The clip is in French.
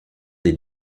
des